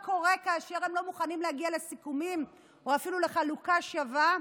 יראו מה קורה כאשר הם לא מוכנים להגיע לסיכומים או אפילו לחלוקה שווה,